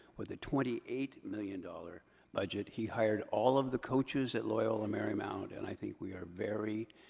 with a twenty eight million dollars budget. he hired all of the coaches at loyola marymount, and i think we are very,